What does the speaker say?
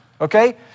okay